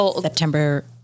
September